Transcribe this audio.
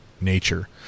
nature